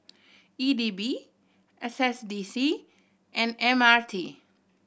E D B S S D C and M R T